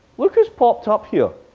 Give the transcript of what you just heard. look who's popped up here,